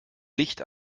licht